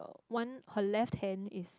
one her left hand is